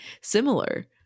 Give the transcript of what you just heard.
similar